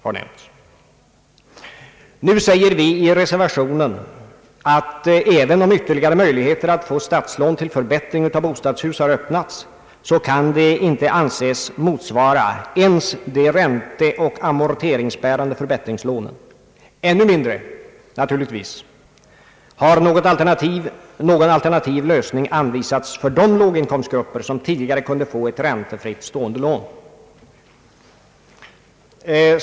Vår åsikt är, vilket framgår av reservationen, att även om ytterligare möjligheter att få statslån till förbättring av bostadshus har öppnats, kan detta inte anses motsvara ens de ränteoch amorteringsbärande förbättringslånen. ännu mindre finns det någon alternativ lösning av problemen för de låginkomstgrupper som tidigare kunde få ett räntefritt stående lån.